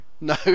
no